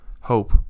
hope